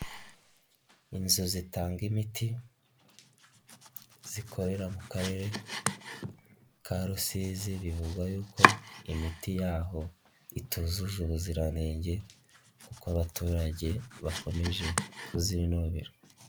Inzu zitanga imiti zikorera mu Karere ka Rusizi bivugwa yuko imiti yaho itujuje ubuziranenge kuko abaturage bakomeje kuzinubira.